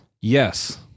Yes